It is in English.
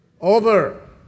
over